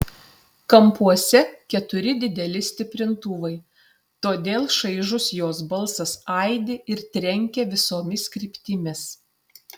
kampuose keturi dideli stiprintuvai todėl šaižus jos balsas aidi ir trenkia visomis kryptimis